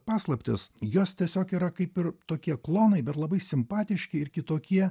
paslaptis jos tiesiog yra kaip ir tokie klonai bet labai simpatiški ir kitokie